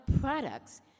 products